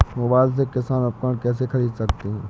Mobile से किसान उपकरण कैसे ख़रीद सकते है?